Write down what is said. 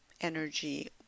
energy